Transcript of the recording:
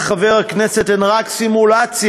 על חבר הכנסת, הן רק סימולציה,